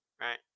right